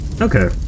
Okay